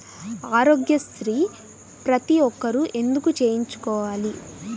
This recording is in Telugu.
ఆరోగ్యశ్రీ ప్రతి ఒక్కరూ ఎందుకు చేయించుకోవాలి?